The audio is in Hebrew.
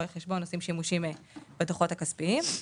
רואי חשבון עושים שימושים בדוחות הכספיים.